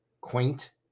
quaint